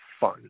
fun